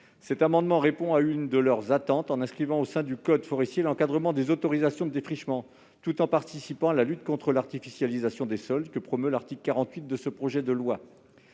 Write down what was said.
Cet amendement vise à répondre à l'une de ces attentes en inscrivant au sein du code forestier l'encadrement des autorisations de défrichement, tout en participant à la lutte contre l'artificialisation des sols que promeut l'article 48. Cette rédaction